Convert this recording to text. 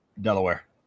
Delaware